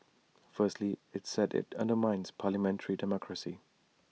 firstly IT said IT undermines parliamentary democracy